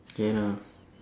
the end ah